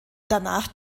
danach